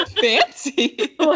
fancy